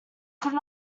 could